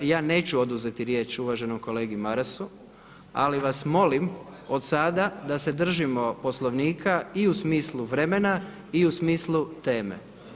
Ja neću oduzeti riječ uvaženom kolegi Marasu ali vas molim odsada da se držimo Poslovnika i u smislu vremena i u smislu teme.